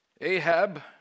Ahab